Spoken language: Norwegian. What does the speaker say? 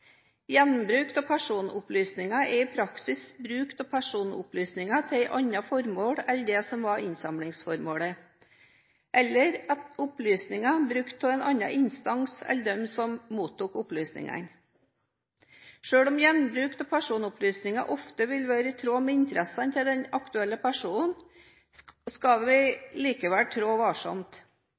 Gjenbruk av personopplysninger er i praksis bruk av personopplysninger til et annet formål enn det som var innsamlingsformålet, eller brukt av en annen instans enn den som mottok opplysningene. Selv om gjenbruk av personopplysninger ofte vil være i tråd med interessene til den aktuelle personen, skal man likevel trå varsomt.